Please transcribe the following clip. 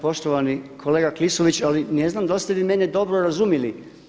Poštovani kolega Klisović, ali ne znam da li ste vi mene dobro razumjeli.